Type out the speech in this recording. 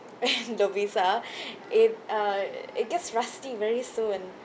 in Lovisa it uh it gets rusty very soon